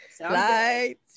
Lights